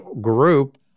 group